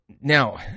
Now